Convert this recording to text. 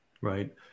right